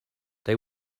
they